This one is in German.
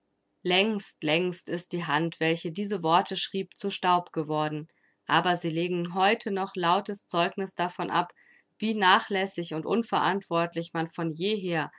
längst längst ist die hand welche diese worte schrieb zu staub geworden aber sie legen heute noch lautes zeugniß davon ab wie nachlässig und unverantwortlich man von jeher